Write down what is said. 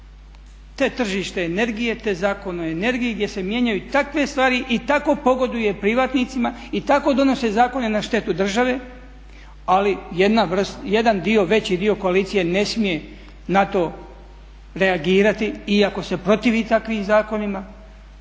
te tržište energije, te Zakon o energiji gdje se mijenjaju takve stvari i tako pogoduje privatnicima i tako donose zakone na štetu države. Ali jedan dio, veći dio koalicije ne smije na to reagirati iako se protivi takvim zakonima